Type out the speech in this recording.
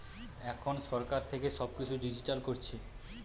এখন সরকার থেকে সব কিছু ডিজিটাল করছে